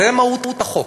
זו מהות החוק.